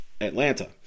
Atlanta